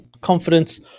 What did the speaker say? confidence